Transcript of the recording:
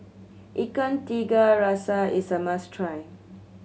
Ikan Tiga Rasa is a must try